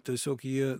tiesiog jie